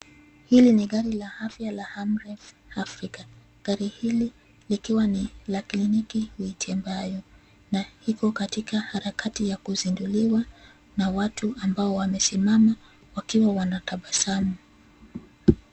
Hili ni gari la afya la Amref Africa. Gari hili likiwa ni la kliniki utembeayo na iko katika harakati ya kuzinduliwa na watu ambao wamesimama wakiwa wanatabasamu.